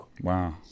Wow